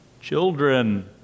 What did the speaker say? children